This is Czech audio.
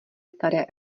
staré